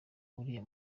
uriya